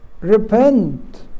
repent